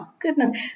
goodness